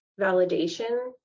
validation